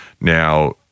Now